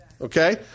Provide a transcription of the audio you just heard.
Okay